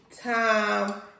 time